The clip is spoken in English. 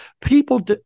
people